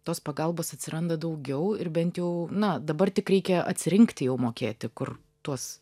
tos pagalbos atsiranda daugiau ir bent jau na dabar tik reikia atsirinkti jau mokėti kur tuos